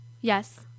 Yes